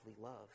love